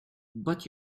but